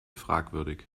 fragwürdig